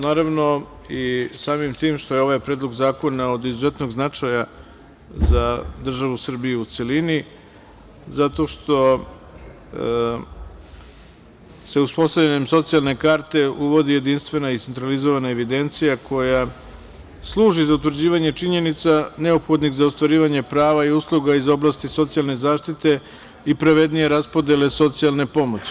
Naravno, samim tim što je ovaj predlog zakona od izuzetnog značaja za državu Srbiju u celini, zato što se uspostavljanjem socijalne karte uvodi jedinstvena i centralizovana evidencija koja služi za utvrđivanje činjenica neophodnih za ostvarivanje prava i usluga iz oblasti socijalne zaštite i pravednije raspodele socijalne pomoći.